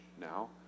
now